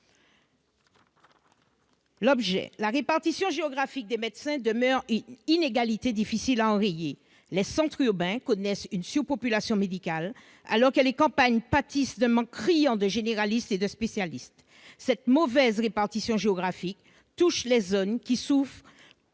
ans. La répartition géographique des médecins demeure une inégalité difficile à enrayer. Les centres urbains connaissent une surpopulation médicale, alors que les campagnes pâtissent d'un manque criant de généralistes et de spécialistes. Cette mauvaise répartition géographique touche les zones qui souffrent